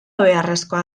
beharrezkoa